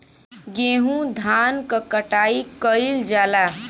गेंहू धान क कटाई कइल जाला